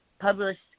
Published